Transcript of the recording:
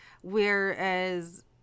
whereas